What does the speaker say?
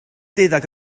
deuddeg